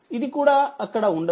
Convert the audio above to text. ఇది కూడా అక్కడ ఉండదు